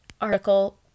article